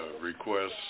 requests